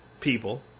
people